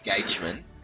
Engagement